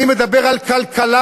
אני מדבר על כלכלה.